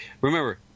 Remember